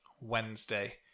Wednesday